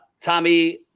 Tommy